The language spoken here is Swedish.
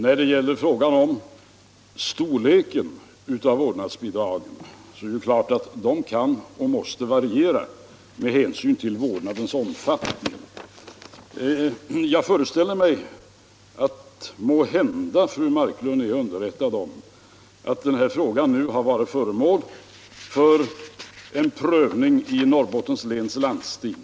När det gäller frågan om vårdnadsbidragens storlek är det klart att de kan och måste variera med hänsyn till vårdnadens omfattning. Jag föreställer mig att fru Marklund måhända är underrättad om att denna fråga varit föremål för prövning i Norrbottens läns landsting.